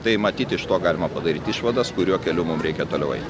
tai matyt iš to galima padaryti išvadas kuriuo keliu mum reikia toliau eit